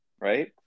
right